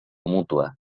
mútua